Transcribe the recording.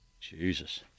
Jesus